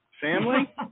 Family